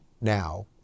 now